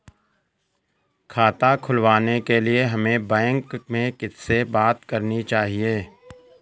खाता खुलवाने के लिए हमें बैंक में किससे बात करनी चाहिए?